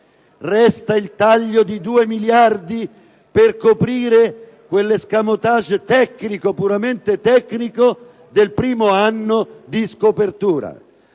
e il taglio di 2 miliardi per coprire quell'*escamotage* puramente tecnico del primo anno di scopertura;